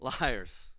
liars